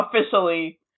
officially